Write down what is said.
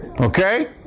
Okay